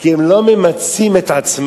כי הם לא ממצים את עצמם.